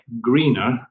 greener